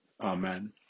Amen